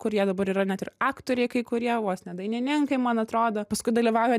kurie dabar yra net ir aktoriai kai kurie vos ne dainininkai man atrodo paskui dalyvauja